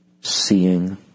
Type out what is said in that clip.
seeing